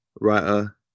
writer